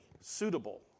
suitable